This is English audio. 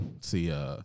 see